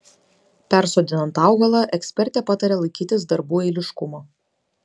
persodinant augalą ekspertė pataria laikytis darbų eiliškumo